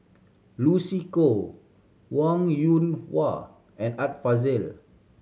Lucy Koh Wong Yoon Wah and Art Fazil